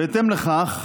בהתאם לכך